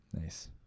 Nice